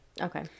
Okay